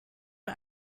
nur